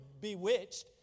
bewitched